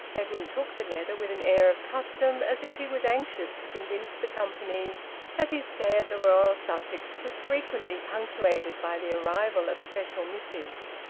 edwin took the letter with an air of custom, as if he was anxious to convince the company that his stay at the royal sussex was frequently punctuated by the arrival of special missives.